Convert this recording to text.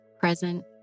present